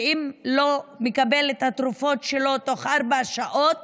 שאם לא מקבל את התרופות שלו תוך ארבע שעות